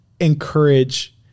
encourage